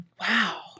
Wow